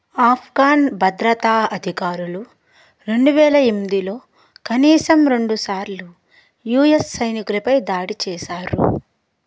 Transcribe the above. ఆఫ్ఘన్ భద్రతా అధికారులు రెండువేల ఎందిలో కనీసం రెండు సార్లు యూఎస్ సైనికులపై దాడి చేశారు